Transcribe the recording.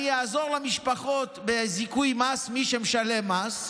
אני אעזור למשפחות בזיכוי מס, מי שמשלם מס.